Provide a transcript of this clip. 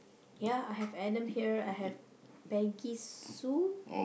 ya I have Adam here I have Peggy Sue